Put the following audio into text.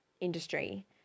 industry